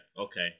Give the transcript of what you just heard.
okay